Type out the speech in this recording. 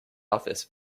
office